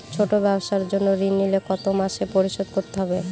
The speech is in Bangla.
ছোট ব্যবসার জন্য ঋণ নিলে কত মাসে পরিশোধ করতে হয়?